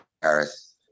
Paris